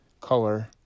color